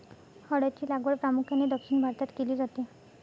हळद ची लागवड प्रामुख्याने दक्षिण भारतात केली जाते